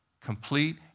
complete